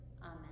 amen